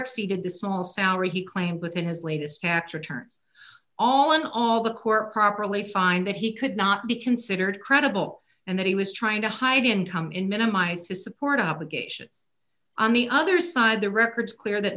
exceeded the small salary he claimed within his latest natural terms all in all the court properly find that he could not be considered credible and that he was trying to hide income in minimize his support obligations on the other side the records clear that